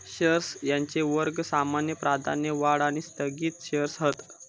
shares यांचे वर्ग सामान्य, प्राधान्य, वाढ आणि स्थगित शेअर्स हत